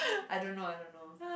I don't know I don't know